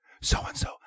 so-and-so